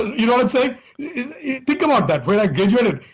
you know think think about that when i graduated,